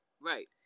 Right